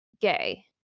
gay